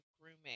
grooming